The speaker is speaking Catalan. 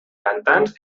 pantans